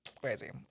crazy